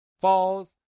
falls